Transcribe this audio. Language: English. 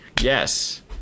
Yes